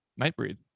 nightbreed